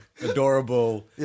adorable